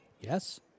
yes